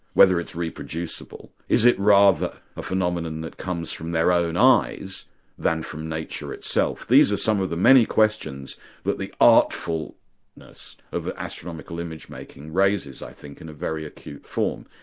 whether it's reproducible. is it rather a phenomenon that comes from their own eyes than from nature itself? these are some of the many questions that the artfulness of the astronomical image-making raises i think in a very acute form.